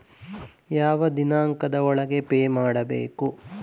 ಯಾವ ದಿನಾಂಕದ ಒಳಗೆ ಪೇ ಮಾಡಬೇಕು?